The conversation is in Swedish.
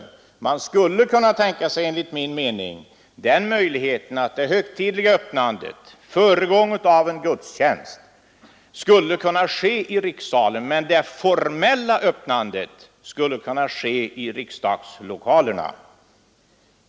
Enligt min mening kan man tänka sig den möjligheten att det högtidliga öppnandet, föregånget av en gudstjänst, sker i rikssalen och det formella öppnandet i riksdagslokalerna.